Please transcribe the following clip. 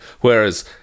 whereas